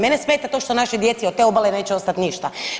Mene smeta to što našoj djeci od te obale neće ostati ništa.